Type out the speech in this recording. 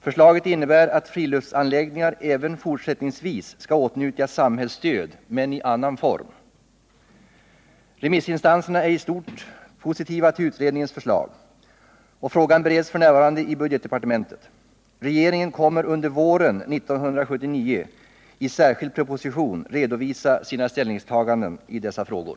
Förslaget innebär att friluftsanläggningar även fortsättningsvis skall åtnjuta samhällsstöd men i annan form. Remissinstanserna är i stort positiva till utredningens förslag. Frågan bereds f. n. i budgetdepartementet. Regeringen kommer under våren 1979 i särskild proposition att redovisa sina ställningstaganden i dessa frågor.